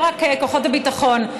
לא רק כוחות הביטחון.